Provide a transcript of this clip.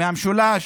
מהמשולש,